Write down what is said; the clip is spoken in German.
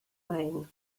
main